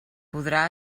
podrà